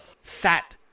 fat